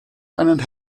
einen